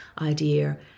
idea